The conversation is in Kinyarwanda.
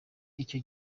icyo